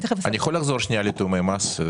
אני יכול לחזור רגע לתיאומי מס?